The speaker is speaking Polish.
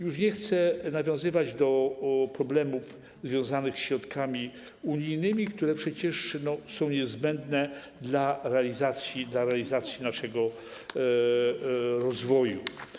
Już nie chcę nawiązywać do problemów związanych ze środkami unijnymi, które przecież są niezbędne dla realizacji naszego rozwoju.